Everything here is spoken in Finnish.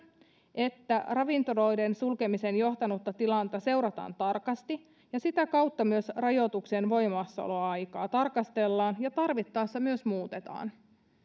että ravintoloiden sulkemiseen johtanutta tilannetta seurataan tarkasti ja sitä kautta myös rajoituksien voimassaoloaikaa tarkastellaan ja tarvittaessa myös muutetaan